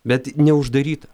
bet neuždaryta